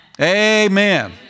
Amen